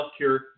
healthcare